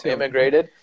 immigrated